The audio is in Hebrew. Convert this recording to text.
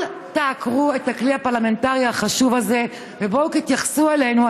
אל תעקרו את הכלי הפרלמנטרי החשוב הזה ובואו תתייחסו אלינו,